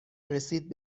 رسید